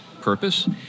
purpose